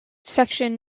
section